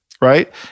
right